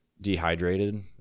dehydrated